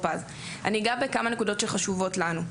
אגע בכמה נקודות שחשובות לנו: